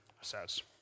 says